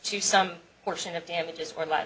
to some portion of damages for li